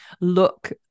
look